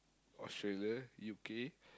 Australia U_K